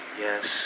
yes